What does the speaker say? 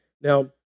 Now